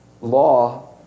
law